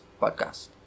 Podcast